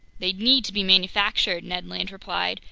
they'd need to be manufactured, ned land replied,